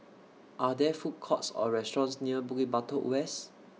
Are There Food Courts Or restaurants near Bukit Batok West